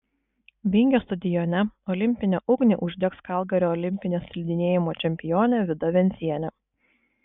vingio stadione olimpinę ugnį uždegs kalgario olimpinė slidinėjimo čempionė vida vencienė